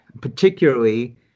particularly